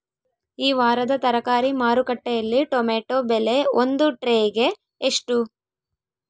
ಈ ವಾರದ ತರಕಾರಿ ಮಾರುಕಟ್ಟೆಯಲ್ಲಿ ಟೊಮೆಟೊ ಬೆಲೆ ಒಂದು ಟ್ರೈ ಗೆ ಎಷ್ಟು?